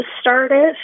started